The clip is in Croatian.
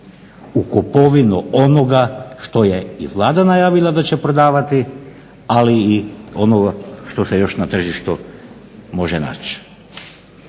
U kupovinu onoga što je i Vlada najavila da će prodavati ali i onoga što se još na tržištu može naći.